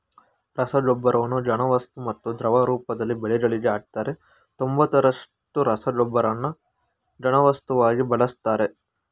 ರಸಗೊಬ್ಬರವನ್ನು ಘನವಸ್ತು ಮತ್ತು ದ್ರವ ರೂಪದಲ್ಲಿ ಬೆಳೆಗಳಿಗೆ ಹಾಕ್ತರೆ ತೊಂಬತ್ತರಷ್ಟು ರಸಗೊಬ್ಬರನ ಘನವಸ್ತುವಾಗಿ ಬಳಸ್ತರೆ